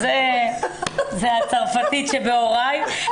זאת הצרפתית שבהוריי.